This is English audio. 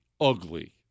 ugly